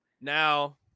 now